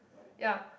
ya